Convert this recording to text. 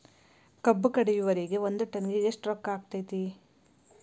ಕಬ್ಬು ಕಡಿಯುವರಿಗೆ ಒಂದ್ ಟನ್ ಗೆ ಎಷ್ಟ್ ರೊಕ್ಕ ಆಕ್ಕೆತಿ?